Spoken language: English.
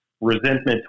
resentment